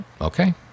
Okay